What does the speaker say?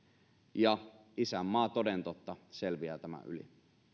ja isänmaa toden totta selviää tämän yli